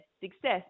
success